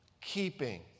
keeping